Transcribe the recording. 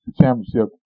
championship